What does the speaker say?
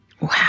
Wow